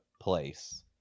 place